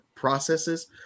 processes